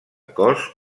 cos